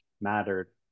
mattered